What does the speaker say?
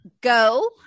Go